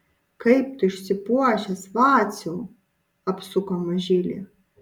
kaip tu išsipuošęs vaciau apsuko mažylį